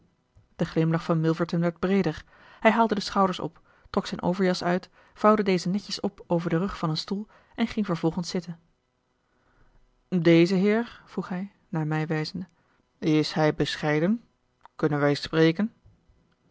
de glimlach van milverton werd breeder hij haalde de schouders op trok zijn overjas uit vouwde deze netjes op over den rug van een stoel en ging vervolgens zitten deze heer vroeg hij naar mij wijzende is hij bescheiden kunnen wij spreken